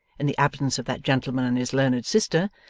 in the absence of that gentleman and his learned sister,